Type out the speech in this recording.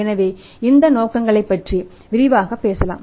எனவே இந்த நோக்கங்களைப் பற்றி விரிவாகப் பேசலாம்